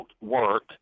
work